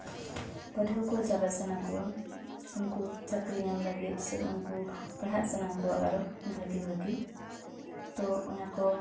ᱯᱟᱹᱴᱷᱣᱟᱹ ᱠᱚ ᱪᱟᱞᱟᱜ ᱥᱟᱱᱟ ᱠᱚᱣᱟ ᱩᱱᱠᱩ ᱪᱟᱹᱠᱨᱤ ᱧᱟᱢ ᱞᱟᱹᱜᱤᱫ ᱥᱮ ᱩᱱᱠᱩ ᱯᱟᱲᱦᱟᱜ ᱥᱟᱱᱟ ᱠᱚᱣᱟ ᱟᱨᱚ ᱵᱷᱟᱹᱜᱤ ᱵᱷᱟᱹᱜᱤ ᱛᱚ ᱚᱱᱟ ᱠᱚ